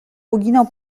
uginał